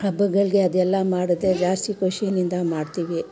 ಹಬ್ಬಗಳಿಗೆ ಅದೆಲ್ಲ ಮಾಡಿದ್ರೆ ಜಾಸ್ತಿ ಖುಷಿನಿಂದ ಮಾಡ್ತೀವಿ